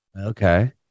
Okay